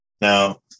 Now